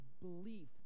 belief